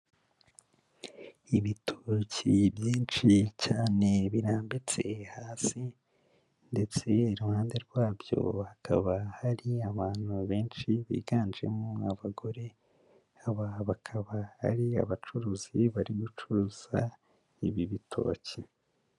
Ibitoki byinshi cyane birambitse hasi ndetse iruhande rwabyo hakaba hari abantu benshi, biganjemo abagore, aba bakaba ari abacuruzi bari gucuruza ibi bitoki.